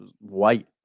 White